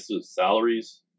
salaries